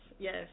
Yes